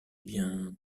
bien